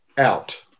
out